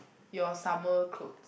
your summer clothes